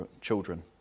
children